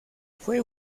fue